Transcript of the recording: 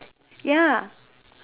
ya